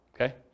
okay